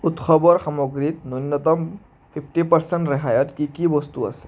উৎসৱৰ সামগ্ৰীত ন্যূনতম ফিফটি পাৰ্চেণ্ট ৰেহাইত কি কি বস্তু আছে